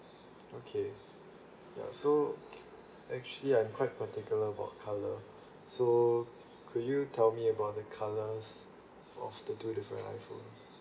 okay ya so actually I'm quite particular about colour so could you tell me about the colours of the two different iPhones